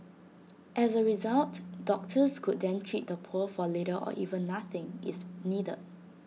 as A result doctors could then treat the poor for little or even nothing if needed